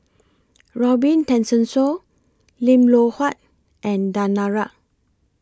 Robin Tessensohn Lim Loh Huat and Danaraj